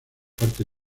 parte